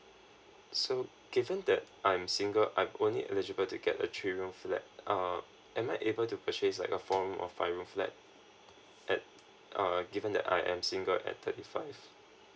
so given that I'm single I'm only eligible to get a three room flat uh am I able to purchase like a four or five room flat at uh given that I am single at thirty five